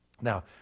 Now